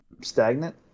stagnant